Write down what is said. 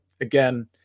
again